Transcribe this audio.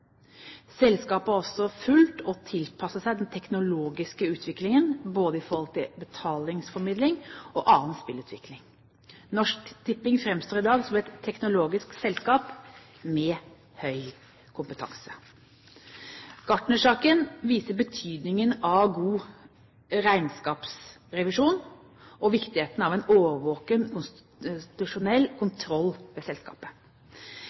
Selskapet har også fulgt og tilpasset seg den teknologiske utviklingen både i forhold til betalingsformidling og annen spillutvikling. Norsk Tipping framstår i dag som et teknologisk selskap med høy kompetanse. Gartnersaken viser betydningen av god regnskapsrevisjon og viktigheten av en årvåken og konstitusjonell kontroll med selskapet.